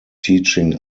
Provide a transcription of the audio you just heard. teaching